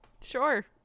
sure